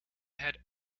had